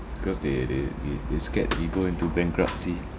cause they they you they scared you go into bankruptcy